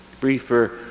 briefer